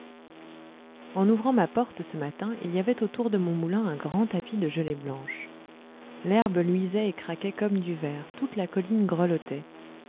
en ouvrant ma porte ce matin il y avait autour de mon moulin un grand tapis de gelée blanche l'herbe luisait et craquait comme du verre toute la colline grelottait